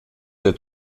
der